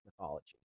mythology